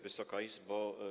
Wysoka Izbo!